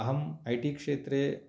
अहम् I T क्षेत्रे